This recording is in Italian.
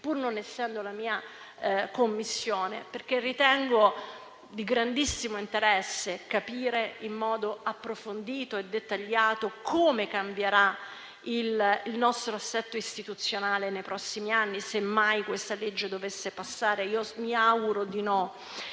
pur non essendo la mia Commissione. Ritengo di grandissimo interesse capire in modo approfondito e dettagliato come cambierà il nostro assetto istituzionale nei prossimi anni se mai questa legge dovesse passare, e io mi auguro di no